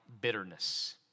bitterness